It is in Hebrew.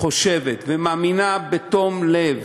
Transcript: חושבת ומאמינה בתום לב